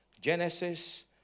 Genesis